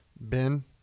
Ben